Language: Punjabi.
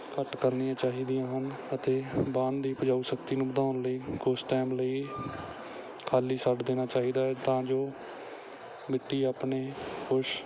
ਘੱਟ ਕਰਨੀਆਂ ਚਾਹੀਦੀਆਂ ਹਨ ਅਤੇ ਵਾਹਣ ਦੀ ਉਪਜਾਊ ਸ਼ਕਤੀ ਨੂੰ ਵਧਾਉਣ ਲਈ ਕੁਝ ਟਾਈਮ ਲਈ ਖਾਲੀ ਛੱਡ ਦੇਣਾ ਚਾਹੀਦਾ ਹੈ ਤਾਂ ਜੋ ਮਿੱਟੀ ਆਪਣੇ ਪੁਸ਼